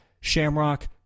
Shamrock